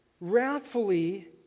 wrathfully